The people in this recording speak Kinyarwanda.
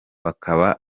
bakaba